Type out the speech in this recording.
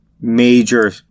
major